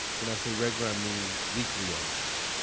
when i say regular, i mean weekly, almost.